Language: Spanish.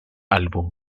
álbum